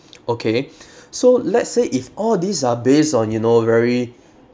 okay so let's say if all these are based on you know very